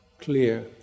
clear